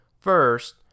First